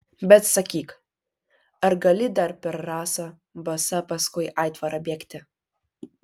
bet sakyk ar gali dar per rasą basa paskui aitvarą bėgti